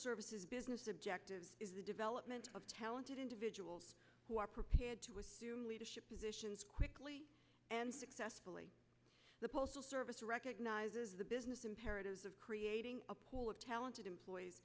services business objective is the development of talented individuals who are prepared to assume leadership positions quickly and successfully the postal service recognizes the business imperatives of creating a pool of talented employees